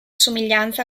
somiglianza